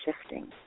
shifting